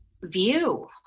view